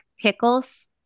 pickles